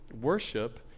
worship